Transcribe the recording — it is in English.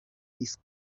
disk